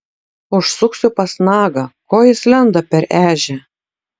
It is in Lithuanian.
užsuksiu pas nagą ko jis lenda per ežią